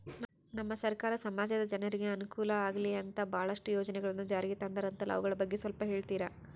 ನಮ್ಮ ಸರ್ಕಾರ ಸಮಾಜದ ಜನರಿಗೆ ಅನುಕೂಲ ಆಗ್ಲಿ ಅಂತ ಬಹಳಷ್ಟು ಯೋಜನೆಗಳನ್ನು ಜಾರಿಗೆ ತಂದರಂತಲ್ಲ ಅವುಗಳ ಬಗ್ಗೆ ಸ್ವಲ್ಪ ಹೇಳಿತೀರಾ?